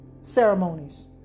ceremonies